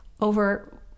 Over